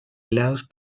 helados